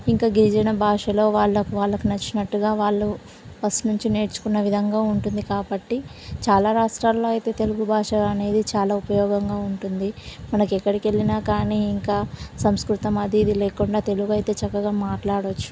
ఇంకా గిరిజన భాషలో వాళ్ళ వాళ్ళకు నచ్చినట్టుగా వాళ్ళు ఫస్ట్ నుంచి నేర్చుకున్న విధంగా ఉంటుంది కాబట్టి చాలా రాష్ట్రాల్లో అయితే తెలుగు భాష అనేది చాలా ఉపయోగంగా ఉంటుంది మనకి ఎక్కడికెళ్ళినా కానీ ఇంకా సంస్కృతం అదీ ఇదీ లేకుండా తెలుగు అయితే చక్కగా మాట్లాడొచ్చు